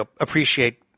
appreciate